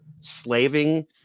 slaving